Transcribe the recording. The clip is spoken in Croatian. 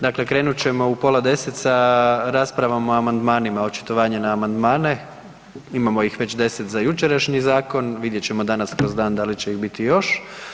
Dakle, krenut ćemo u pola 10 sa raspravama o amandmanima, očitovanje na amandmane, imamo ih već 10 za jučerašnji zakon, vidjet ćemo danas kroz dan da li će ih biti još.